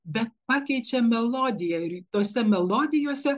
bet pakeičia melodiją ir tose melodijose